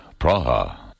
Praha